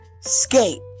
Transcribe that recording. Skate